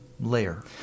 layer